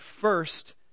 first